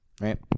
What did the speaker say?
right